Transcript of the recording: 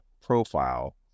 profile